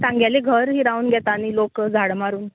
तांगेलें घर हिरावन घेता न्ही लोक झाडां मारून